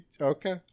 okay